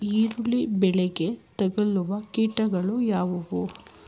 ಈರುಳ್ಳಿ ಬೆಳೆಗೆ ತಗಲುವ ಕೀಟಗಳು ಯಾವುವು?